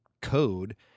code